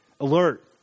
alert